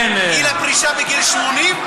גיל הפרישה בגיל 80?